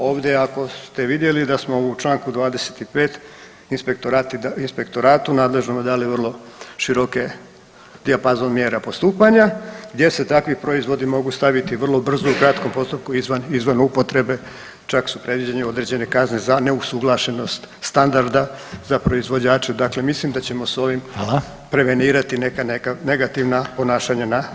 Ovdje, ako ste vidjeli da smo u čl. 25 inspektoratu nadležnom dali vrlo široke dijapazon mjera postupanja gdje se takvi proizvodi mogu staviti vrlo brzo u kratkom postupku izvan upotrebe, čak su predviđene određene kazne za neusuglašenost standarda za proizvođače, dakle mislim da ćemo s ovim [[Upadica: Hvala.]] prevenirati neka negativna ponašanja na tržištu.